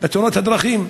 בתאונות הדרכים.